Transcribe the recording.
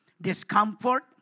discomfort